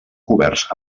coberts